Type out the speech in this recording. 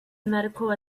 medical